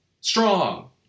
strong